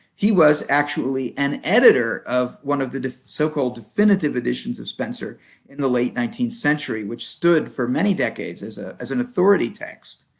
he was actually an editor of one of the so-called definitive editions of spenser in the late nineteenth century, which stood for many decades as ah as an authority text.